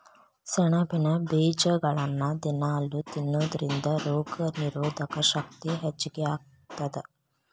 ಸೆಣಬಿನ ಬೇಜಗಳನ್ನ ದಿನಾಲೂ ತಿನ್ನೋದರಿಂದ ರೋಗನಿರೋಧಕ ಶಕ್ತಿ ಹೆಚ್ಚಗಿ ಆಗತ್ತದ